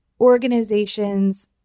organizations